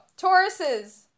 Tauruses